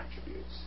attributes